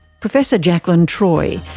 professor jakelin troy,